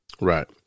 Right